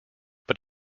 but